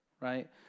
Right